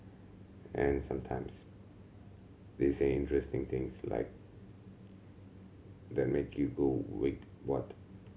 and sometimes they say interesting things like that make you go wait what